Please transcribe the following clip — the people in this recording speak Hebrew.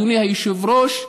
אדוני היושב-ראש,